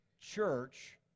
church